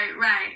right